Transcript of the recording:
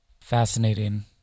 fascinating